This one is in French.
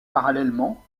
parallèlement